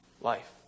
Life